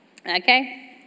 Okay